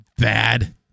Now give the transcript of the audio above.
bad